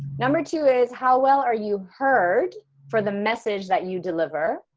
number two is how well are you heard for the message that you deliver?